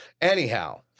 anyhow